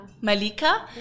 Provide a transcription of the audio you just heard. Malika